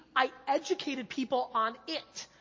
i educated people on it.